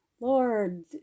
Lord